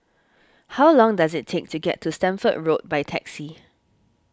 how long does it take to get to Stamford Road by taxi